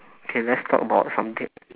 okay let's talk about something